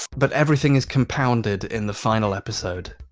but everything is compounded in the final episode.